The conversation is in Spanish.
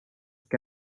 que